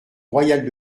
royale